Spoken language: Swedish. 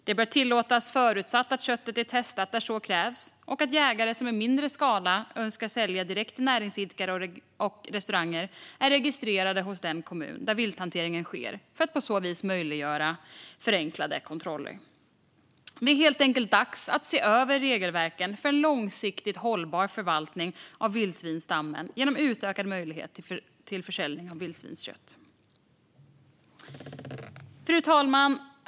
Det bör tillåtas förutsatt att köttet är testat där så krävs och att jägare som i mindre skala önskar sälja direkt till näringsidkare och restauranger är registrerade hos den kommun där vilthanteringen sker för att på så vis möjliggöra förenklade kontroller. Det är helt enkelt dags att se över regelverken för en långsiktigt hållbar förvaltning av vildsvinsstammen genom utökad möjlighet till försäljning av vildsvinskött. Fru talman!